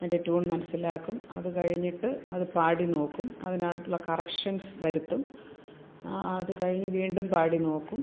അതിന്റെ ട്യൂൺ മനസ്സിലാക്കും അത് കഴിഞ്ഞിട്ട് അത് പാടി നോക്കും അതിനുള്ള കറക്ഷൻസ്സ് വരുത്തും അതു കഴിഞ്ഞ് വീണ്ടും പാടി നോക്കും